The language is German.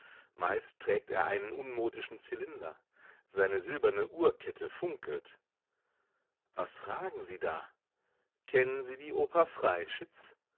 meist trägt er einen unmodischen zylinder seine silberne uhrkette funkelt was fragen sie da kennen sie die oper